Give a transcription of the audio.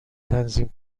تنظیم